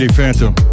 Phantom